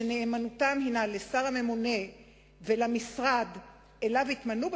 שנאמנותם נתונה לשר הממונה ולמשרד שאליו התמנו,